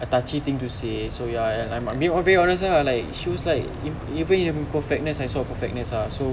a touchy thing to say so ya and I'm being honest ah like she was like even in her imperfectness I saw perfectness ah so